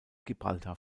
gibraltar